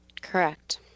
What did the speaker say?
Correct